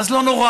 אז לא נורא,